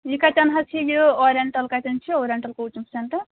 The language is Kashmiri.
یہِ کَتٮ۪ن حظ چھِ یہِ اورینٹَل کَتٮ۪ن چھِ اورینٹَل کوچنٛگ سینٹَر